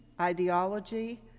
ideology